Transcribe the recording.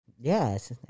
Yes